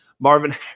Marvin